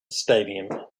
stadium